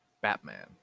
batman